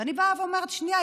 ואני באה ואומרת: שנייה,